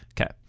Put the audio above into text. okay